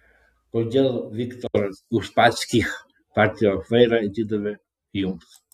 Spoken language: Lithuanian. kodėl viktoras uspaskich partijos vairą atidavė jums